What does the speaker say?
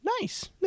Nice